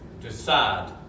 decide